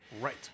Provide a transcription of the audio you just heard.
Right